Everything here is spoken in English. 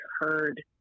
heard